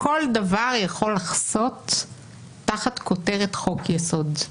כל דבר יכול לחסות תחת כותרת חוק יסוד,